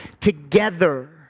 together